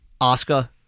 Oscar